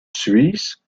suisse